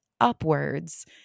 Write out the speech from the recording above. upwards